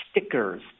stickers